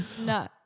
No